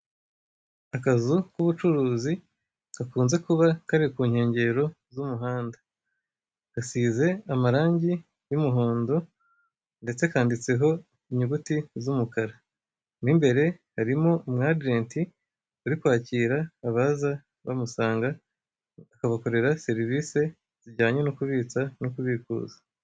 Akazu k'ubucuruzi gakunze kuba kari ku nkengero z'umuhanda, gasize amarangi y'umuhondo ndetse kanditseho inyuguti z'umukara. Mu imbere harimo umu ajenti uri kwakira abaza bamusanga, akabakorera serivise zijyanye no kubitsa no kubikuza.